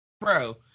Bro